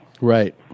Right